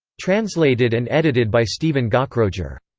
translated and edited by stephen gaukroger.